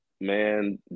man